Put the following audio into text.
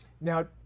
now